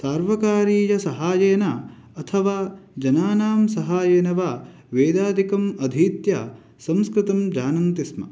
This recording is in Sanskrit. सार्वकारीयसहायेन अथवा जनानां सहायेन वा वेदादिकम् अधीत्य संस्कृतं जानन्तिस्म